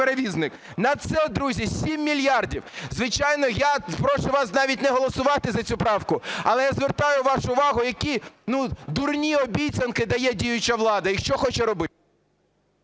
На це, друзі, 7 мільярдів. Звичайно, я прошу вас навіть не голосувати за цю правку, але я звертаю вашу увагу, які дурні обіцянки дає діюча влада і що хоче робити…